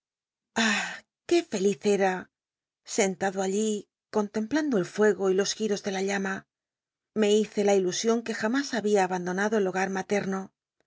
qué feliz era sentado allí contemplando el fuego y los gios ele la llama me hice h illlsion qu e janltls había abanclonado el hogar matcmo